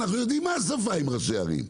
אנחנו יודעים מה השפה עם ראשי הערים,